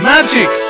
Magic